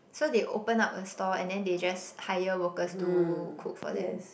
so they open up a store and then they just hire workers to cook for them